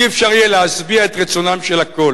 לא יהיה אפשר להשביע את רצונם של הכול.